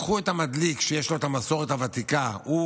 לקחו את המדליק שיש לו את המסורת הוותיקה כמדליק,